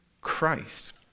Christ